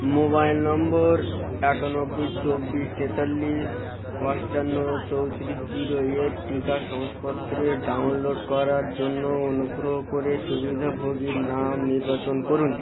mobile number একানব্বই চব্বিশ তেতাল্লিশ আটান্ন চৌত্রিশ জিরো এর টিকা শংসাপত্রে ডাউনলোড করার জন্য অনুগ্রহ করে সুবিধাভোগীর নাম নির্বাচন করুন